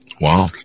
Wow